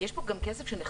יש גם כסף שנחסך,